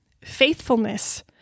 Faithfulness